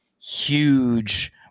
huge